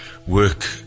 Work